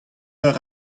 eur